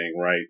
right